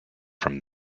from